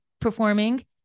performing